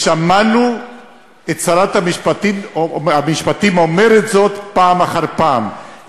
שמענו את שרת המשפטים אומרת זאת פעם אחר פעם.